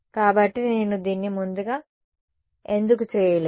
కాబట్టి నేను దీన్ని ముందుగా ఎందుకు చేయలేదు